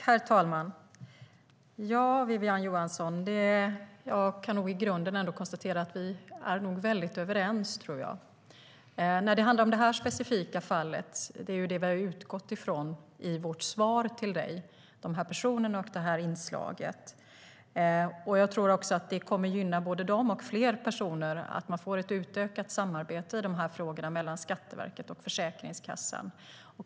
Herr talman! Wiwi-Anne Johansson och jag är nog väldigt överens ändå när det handlar om det specifika fall som vi har utgått från i vårt svar till Wiwi-Anne Johansson och de personer och det inslag som det gällde. Jag tror att det kommer att gynna både dem och andra personer att man får ett utökat samarbete i de här frågorna mellan Skatteverket och Försäkringskassan.